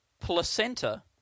placenta